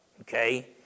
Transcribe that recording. Okay